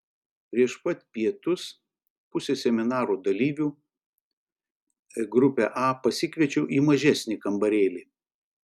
prieš pat pietus pusę seminaro dalyvių grupę a pasikviečiau į mažesnį kambarėlį